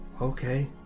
Okay